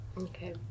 Okay